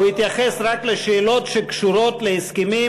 הוא יתייחס רק לשאלות שקשורות להסכמים